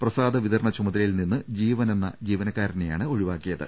പ്രസാദവിതരണ ചുമതലയിൽ നിന്ന് ജീവൻ എന്ന ജീവനക്കാരനെയാണ് ഒഴിവാക്കിയത്